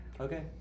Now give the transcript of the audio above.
Okay